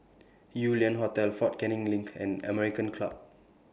Yew Lian Hotel Fort Canning LINK and American Club